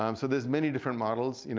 um so there's many different models. you know